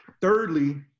Thirdly